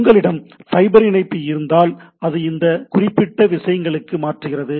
உங்களிடம் ஃபைபர் இணைப்பு இருந்தால் அது இந்த குறிப்பிட்ட விஷயங்களுக்கு மாற்றுகிறது